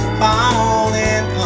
falling